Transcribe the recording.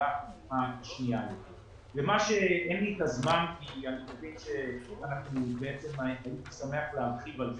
חבל שאין לי את הזמן כי הייתי שמח להרחיב על כך.